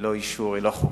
ללא אישור, היא לא חוקית.